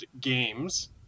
games